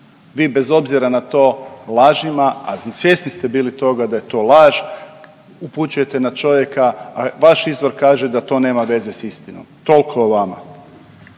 vi bez obzira na to lažima, a svjesni ste bili toga da je to laž, upućujete na čovjeka, a vaš izvor kaže da to nema veze s istinom, tolko o vama.